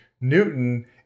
Newton